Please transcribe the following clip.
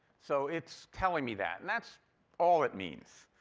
so it's telling me that, and that's all it means.